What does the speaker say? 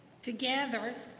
Together